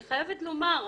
אני חייבת לומר,